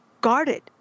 guarded